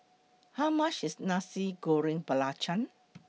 How much IS Nasi Goreng Belacan